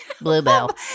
Bluebell